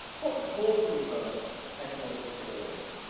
what was causing the economic deterioration?